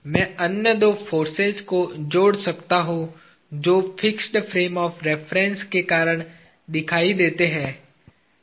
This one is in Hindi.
मैं अन्य दो फोर्सेज को जोड़ सकता हूं जो फिक्स्ड फ्रेम ऑफ़ रेफरेन्स के कारण दिखाई देते हैं तथा